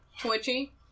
Twitchy